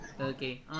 Okay